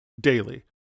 daily